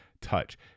touch